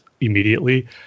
immediately